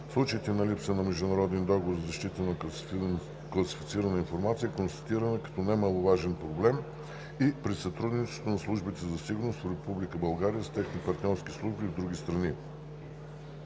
случаите на липса на международен договор за защита на класифицирана информация е констатирана като немаловажен проблем и при сътрудничеството на службите за сигурност в Република България с техни партньорски служби в други страни.